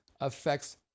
affects